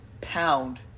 pound